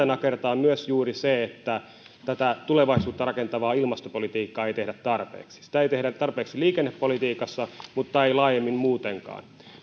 nakertaa myös se että tulevaisuutta rakentavaa ilmastopolitiikkaa ei tehdä tarpeeksi sitä ei tehdä tarpeeksi liikennepolitiikassa mutta ei laajemmin muutenkaan